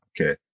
Okay